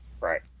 Right